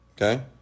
okay